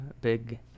big